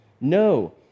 No